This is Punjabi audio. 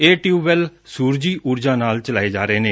ਇਹ ਟਿਉਬਵੈੱਲ ਸੁਰਜੀ ਉਰਜਾ ਨਾਲ ਚਲਾਏ ਜਾ ਰਹੇ ਨੇ